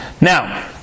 now